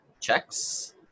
checks